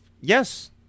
Yes